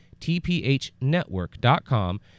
tphnetwork.com